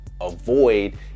avoid